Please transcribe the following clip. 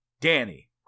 Danny